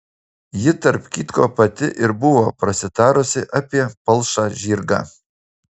ji tarp kitko pati ir buvo prasitarusi apie palšą žirgą